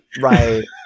Right